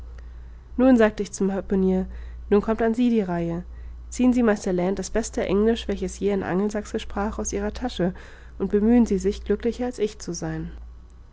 nun sagte ich zum harpunier nun kommt an sie die reihe ziehen sie meister land das beste englisch welches je ein angelsachse sprach aus ihrer tasche und bemühen sie sich glücklicher als ich zu sein